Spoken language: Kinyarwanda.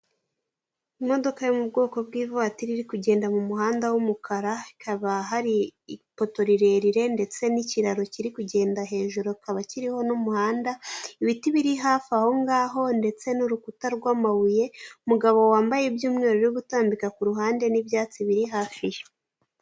Imodoka yo mu bwoko bw'ivatiri iri kugenda mu muhanda w'umukara hakaba hari ipoto rirerire ndetse n'ikiraro kiri kugenda hejuru hakaba kiriho n'umuhanda ,ibiti biri hafi aho ngaho ndetse n'urukuta rw'amabuye .Umugabo wambaye iby'umweru byo gutambika kuruhande n'ibyatsi biri hafi ye.